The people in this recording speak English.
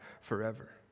forever